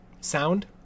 sound